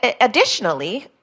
Additionally